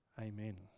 Amen